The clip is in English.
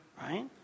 right